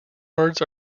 words